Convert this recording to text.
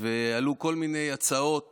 ועלו כל מיני הצעות